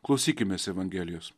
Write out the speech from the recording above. klausykimės evangelijos